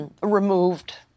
Removed